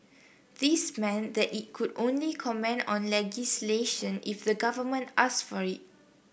this meant that it could only comment on legislation if the government asked for it